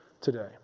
today